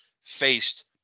faced